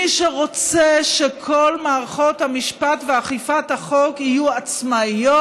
מי שרוצה שכל מערכות המשפט ואכיפת החוק יהיו עצמאיות,